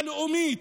הלאומית,